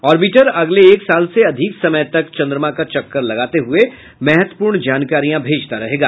orbiter अगले एक साल से अधिक समय तक चन्द्रमा का चक्कर लगाते हुये महत्वपूर्ण जानकारियां भेजता रहेगा